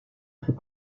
fait